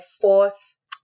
force